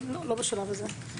לא בשלב הזה.